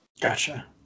Gotcha